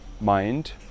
mind